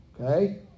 Okay